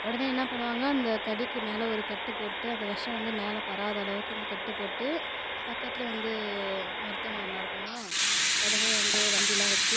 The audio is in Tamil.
உடனே என்ன பண்ணுவாங்க அந்த கடிக்கு மேலே ஒரு கட்டு போட்டு அந்த விஷம் வந்து மேலே பரவாத அளவுக்கு அந்த கட்டு போட்டு பக்கத்தில் வந்து மருத்துவமனைலாம் இருக்குமா உடனே வந்து வண்டியெலாம் வச்சு